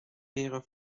bearer